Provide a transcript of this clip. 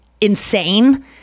insane